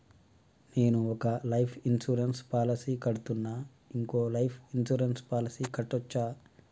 నేను ఒక life insurance policy కడ్తున్నా, ఇంకో లైఫ్ ఇన్సూరెన్స్ పాలసీ కట్టొచ్చా?